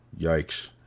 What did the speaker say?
Yikes